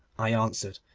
i answered,